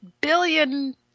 billion